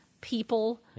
people